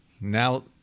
now